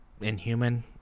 inhuman